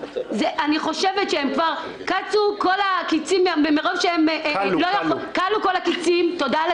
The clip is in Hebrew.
אני חושבת שכלו כל הקיצין מבחינת רבים על